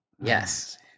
Yes